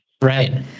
Right